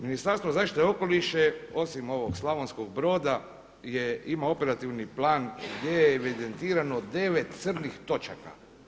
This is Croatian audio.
Ministarstvo zaštite okoliša je osim ovog Slavonskog Broda ima operativni plan gdje je evidentirano 9 crnih točaka.